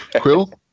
Quill